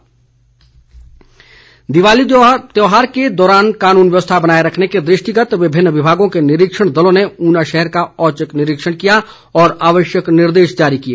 निरीक्षण दिवाली त्यौहार के दौरान कानून व्यवस्था बनाए रखने के दृष्टिगत विभिन्न विभागों के निरीक्षण दलों ने ऊना शहर का औचक निरीक्षण किया और आवश्यक निर्देश जारी किए